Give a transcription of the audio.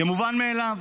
כמובן מאליו.